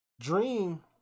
Dream